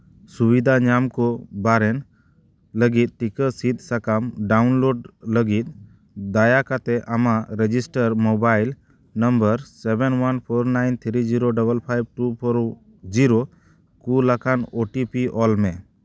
ᱥᱩᱵᱤᱫᱷᱟ ᱧᱟᱢ ᱠᱚ ᱵᱟᱨᱮᱱ ᱞᱟᱹᱜᱤᱫ ᱴᱤᱠᱟᱹ ᱥᱤᱫ ᱥᱟᱠᱟᱢ ᱰᱟᱣᱩᱱᱞᱳᱰ ᱞᱟᱹᱜᱤᱫ ᱫᱟᱭᱟ ᱠᱟᱛᱮᱫ ᱟᱢᱟᱜ register mobile number seven one four nine three zero double five two four zero ᱠᱩᱞ ᱟᱠᱟᱱ ᱳ ᱴᱤ ᱯᱤ ᱚᱞᱢᱮ